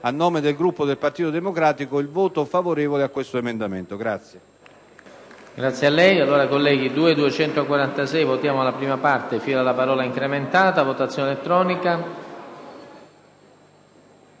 a nome del Gruppo del Partito Democratico, il voto favorevole a questo emendamento.